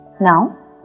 Now